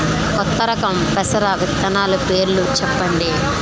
కొత్త రకం పెసర విత్తనాలు పేర్లు చెప్పండి?